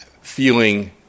feeling